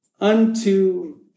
Unto